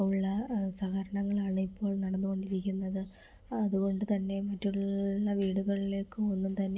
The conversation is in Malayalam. ഉള്ള സഹകരണങ്ങളാണ് ഇപ്പോൾ നടന്നുകൊണ്ടിരിക്കുന്നത് അതുകൊണ്ടുതന്നെ മറ്റുള്ള വീടുകളിലേക്കും ഒന്നും തന്നെ